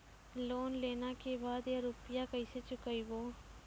Loan लेला के बाद या रुपिया केसे चुकायाबो?